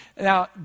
Now